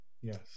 Yes